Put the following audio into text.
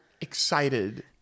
excited